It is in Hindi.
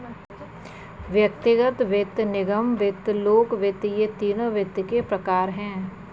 व्यक्तिगत वित्त, निगम वित्त, लोक वित्त ये तीनों वित्त के प्रकार हैं